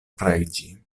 preĝi